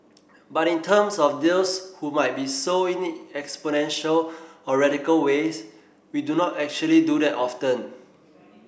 but in terms of those who might be so in exponential or radical ways we do not actually do that often